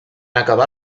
acabar